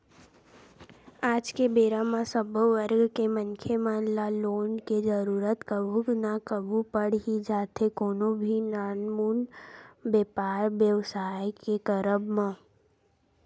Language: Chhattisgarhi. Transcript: आज के बेरा म सब्बो वर्ग के मनखे मन ल लोन के जरुरत कभू ना कभू पड़ ही जाथे कोनो भी नानमुन बेपार बेवसाय के करब म